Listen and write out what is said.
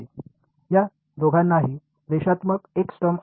या दोघांनाही रेषात्मक एक्स टर्म आहे